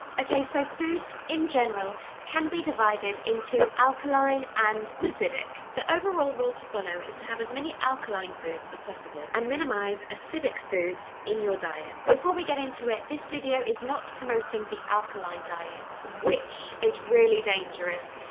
okay so foods in general can be divided in alkaline and acidic. the overall rule to follow is to have as many alkaline foods as possible and minimize acidic foods in your diet. before we get into it, this video is not to promoting the alkaline diet, which is really dangerous.